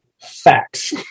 facts